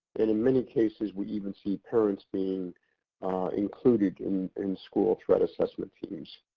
and in many cases, we even see parents being included, in in school threat assessment teams.